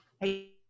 Hey